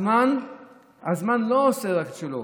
הזמן לא עושה את שלו.